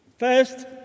First